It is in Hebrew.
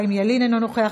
חיים ילין אינו נוכח,